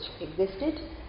existed